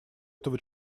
этого